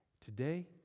Today